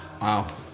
Wow